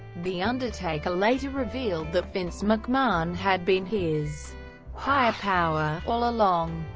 the undertaker later revealed that vince mcmahon had been his higher power all along.